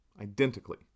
Identically